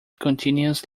continuous